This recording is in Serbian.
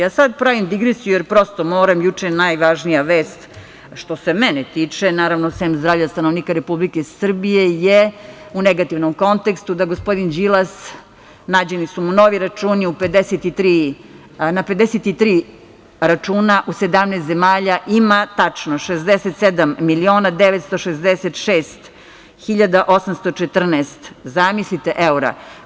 Sada pravim digresiju, prosto moram, juče je najvažnija vest što se mene tiče, naravno osim zdravlja stanovnika Republike Srbije je u negativnom kontekstu, da gospodin Đilas, nađeni su mu novi računi, na 53 računa u 17 zemalja ima tačno 67. 966.814,00 evra.